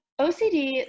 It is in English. OCD